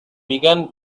began